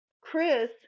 chris